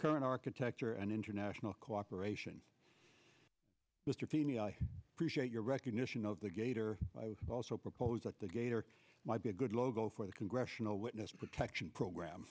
current architecture and international cooperation mr feeney i appreciate your recognition of the gator also propose that the gator might be a good logo for the congressional protection program